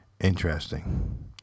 interesting